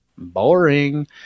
boring